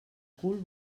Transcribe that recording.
cul